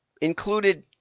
included